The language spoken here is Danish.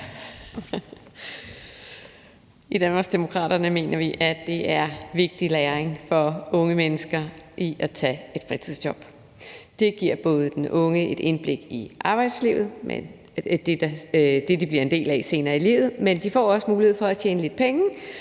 I Danmarksdemokraterne mener vi, at der er vigtig læring for unge mennesker i at tage et fritidsjob. Det giver både den unge et indblik i arbejdslivet, det, de bliver en del af senere i livet, men de får også mulighed for at tjene lidt penge,